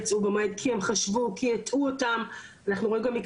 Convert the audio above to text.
אנחנו רואים גם מקרים שלשכה פרטית הטעתה או הסבירה לא נכון,